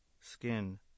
skin